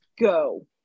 go